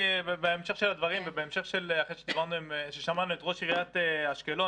בהמשך של הדברים ואחרי ששמענו את ראש עיריית אשקלון,